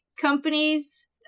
companies